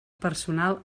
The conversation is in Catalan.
personal